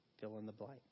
fill-in-the-blank